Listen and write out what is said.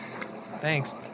Thanks